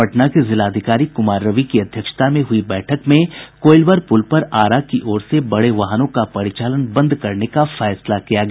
पटना के जिलाधिकारी कुमार रवि की अध्यक्षता में हुयी बैठक में कोईलवर पुल पर आरा की ओर से बड़े वाहनों का परिचालन बंद करने का फैसला किया गया